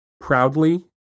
proudly